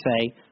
say